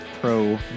Pro